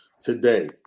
today